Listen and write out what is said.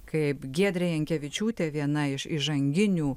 kaip giedrė jankevičiūtė viena iš įžanginių